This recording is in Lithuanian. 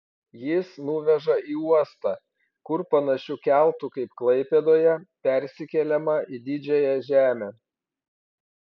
jis nuveža į uostą kur panašiu keltu kaip klaipėdoje persikeliama į didžiąją žemę